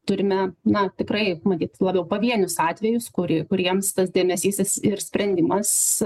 turime na tikrai matyt labiau pavienius atvejus kur kuriems tas dėmesys ir sprendimas